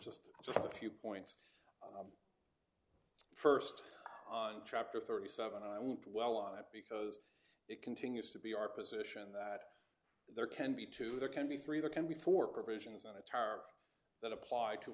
just a few points first on tractor thirty seven i won't dwell on that because it continues to be our position that there can be two there can be three there can be four provisions on a tar that apply to